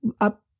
up